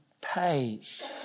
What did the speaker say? pays